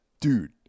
Dude